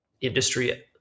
industry